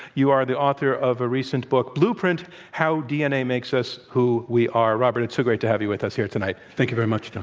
you are the author of a recent book blueprint how dna makes us who we are. robert, it's so great to have you with us here tonight. thank you very much, john.